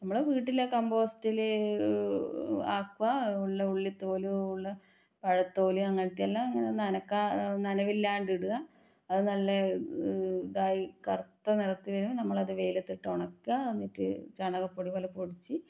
നമ്മൾ വീട്ടിലെ കമ്പോസ്റ്റിൽ അപ്പം ഉള്ള ഉള്ളിത്തോൽ ഉള്ള പഴത്തോൽ അങ്ങനത്തേയുള്ള നനക്ക നനവില്ലാണ്ട് ഇടുക അത് നല്ല ഇതായി കറുത്ത നിറത്തിൽ നമ്മളത് വെയിലത്തിട്ട് ഒണക്കുക എന്നിട്ട് ചാണകപ്പൊടി പോലെ പൊടിച്ച്